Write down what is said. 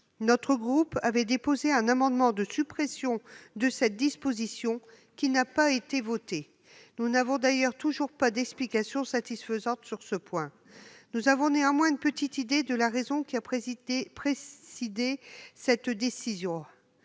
Mon groupe avait alors déposé un amendement de suppression de cette disposition qui n'a pas été adopté. Nous n'avons d'ailleurs toujours pas reçu d'explication satisfaisante sur ce point. Toutefois, nous avons une petite idée de la raison ayant présidé à cette décision